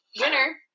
Winner